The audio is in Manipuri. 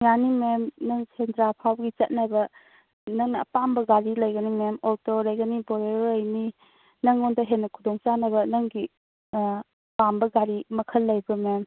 ꯌꯥꯅꯤ ꯃꯦꯝ ꯅꯪ ꯁꯦꯟꯗ꯭ꯔꯥ ꯐꯥꯎꯕꯒꯤ ꯆꯠꯅꯕ ꯅꯪꯅ ꯑꯄꯥꯝꯕ ꯒꯥꯔꯤ ꯂꯩꯒꯅꯤ ꯃꯦꯝ ꯑꯣꯛꯇꯣ ꯂꯩꯒꯅꯤ ꯕꯣꯂꯦꯔꯣ ꯂꯩꯒꯅꯤ ꯅꯉꯣꯟꯗ ꯍꯦꯟꯅ ꯈꯨꯗꯣꯡ ꯆꯥꯅꯕ ꯅꯪꯒꯤ ꯄꯥꯝꯕ ꯒꯥꯔꯤ ꯃꯈꯜ ꯂꯩꯀꯣ ꯃꯦꯝ